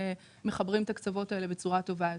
מחברים את הקצוות האלה בצורה טובה יותר.